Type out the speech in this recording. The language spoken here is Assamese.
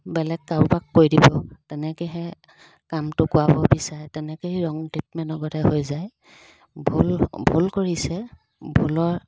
বেলেগ কাৰোবাক কৈ দিব তেনেকেহে কামটো কৰাব বিচাৰে তেনেকৈ সেই ৰং ট্ৰিটমেণ্টৰ আগতে হৈ যায় ভুল ভুল কৰিছে ভুলৰ